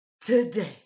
today